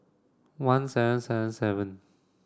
one seven seven seven